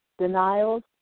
denials